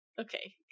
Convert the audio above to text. Okay